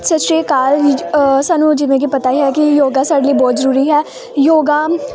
ਸਤਿ ਸ਼੍ਰੀ ਅਕਾਲ ਸਾਨੂੰ ਜਿਵੇਂ ਕਿ ਪਤਾ ਹੀ ਹੈ ਕਿ ਯੋਗਾ ਸਾਡੇ ਬਹੁਤ ਜ਼ਰੂਰੀ ਹੈ ਯੋਗਾ